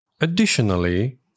Additionally